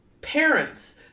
parents